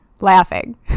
laughing